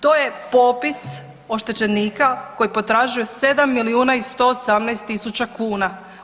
To je popis oštećenika koji potražuju 7 milijuna i 118 tisuća kuna.